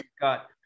got